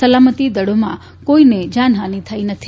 સલામતીદળોમાં કોઇને જાનહાની થઇ નથી